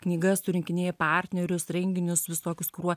knygas surinkinėji partnerius renginius visokius kuruoji